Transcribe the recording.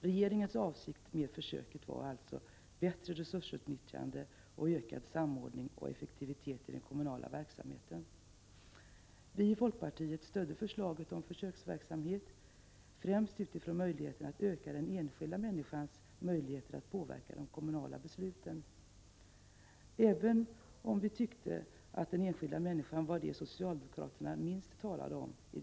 Regeringens avsikt med försöket var alltså: bättre resursutnyttjande och ökad samordning och effektivitet i den kommunala verksamheten. Vi i folkpartiet stödde förslaget om försöksverksamhet, främst med utgångspunkt i chanserna att öka den enskilda människans möjligheter att påverka de kommunala besluten, även om vi tyckte att socialdemokraterna i det läget talade minst om just den enskilda människan.